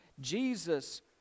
Jesus